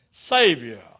Savior